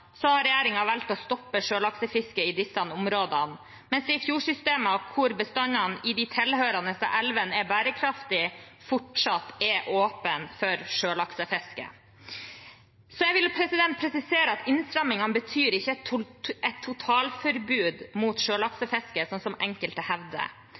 har regjeringen valgt å stoppe sjølaksefiske i disse områdene, mens det i fjordsystemene, hvor bestandene i de tilhørende elvene er bærekraftige, fortsatt er åpne for sjølaksefiske. Jeg vil presisere at innstrammingene ikke betyr et totalforbud mot sjølaksefiske, slik enkelte hevder.